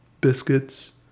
biscuits